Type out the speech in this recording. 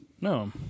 No